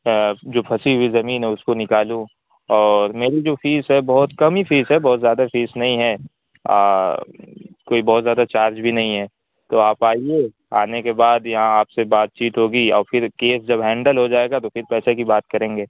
جو پھنسی ہوئی زمین ہے اس کو نکالوں اور میری جو فیس ہے بہت کم ہی فیس ہے بہت زیادہ فیس نہیں ہے کوئی بہت زیادہ چارج بھی نہیں ہے تو آپ آئیے آنے کے بعد یہاں آپ سے بات چیت ہوگی اور پھر کیس جب ہینڈل ہو جائے گا تو پھر پیسے کی بات کریں گے